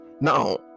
Now